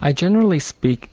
i generally speak